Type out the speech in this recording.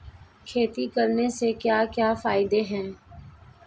खेती करने से क्या क्या फायदे हैं?